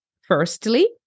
firstly